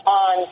on